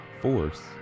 Force